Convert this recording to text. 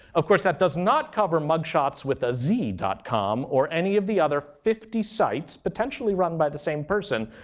of course, that does not cover mug shots with a z dotcom or any of the other fifty sites, potentially run by the same person,